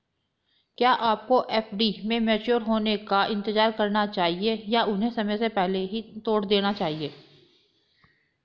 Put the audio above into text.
क्या आपको एफ.डी के मैच्योर होने का इंतज़ार करना चाहिए या उन्हें समय से पहले तोड़ देना चाहिए?